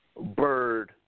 Bird